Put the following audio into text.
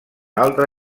altre